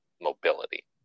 mobility